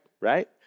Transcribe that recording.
right